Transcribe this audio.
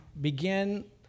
begin